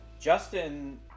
Justin